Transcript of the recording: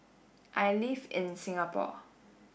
I live in Singapore